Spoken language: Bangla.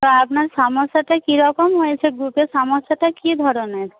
তো আপনার সমস্যাটা কীরকম হয়েছে গ্রুপে সমস্যাটা কী ধরনের